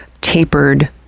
tapered